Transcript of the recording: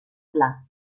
pla